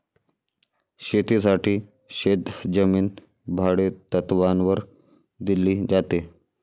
शेतीसाठी शेतजमीन भाडेतत्त्वावर दिली जाते